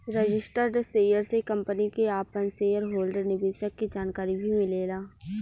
registered share से company के आपन शेयर होल्डर निवेशक के जानकारी भी मिलेला